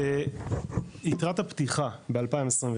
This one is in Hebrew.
ביתרת הפתיחה ב-2022,